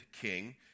king